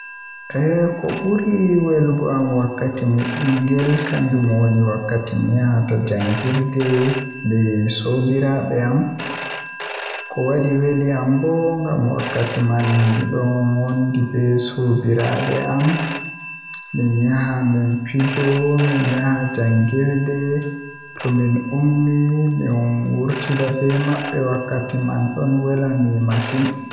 Ah ko buri welugo am wakkati mi bingel kanjum woni wakkati mi yahata jangirde be sobiraabe am, ko wadi weli am bo ngam wakkati man midon wondi be sobiraabe am min yahan mi fijo min yaha jangirde tomin ummi min wartida be mabbe wakkati man don wela mi masin.